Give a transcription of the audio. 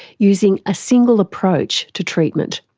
using a single approach to treatment.